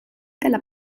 della